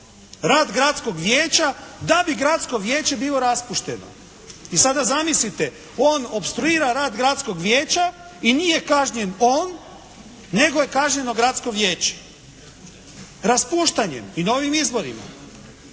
rad gradskog vijeća da bi gradsko vijeće bilo raspušteno. I sada zamislite. On opstruira rad gradskog vijeća i nije kažnjen on, nego je kažnjeno gradsko vijeće raspuštanjem i novim izborima.